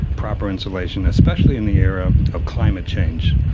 proper insulation, especially in the era of climate change.